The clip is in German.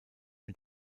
mit